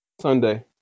sunday